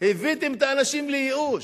הבאתם את האנשים לייאוש.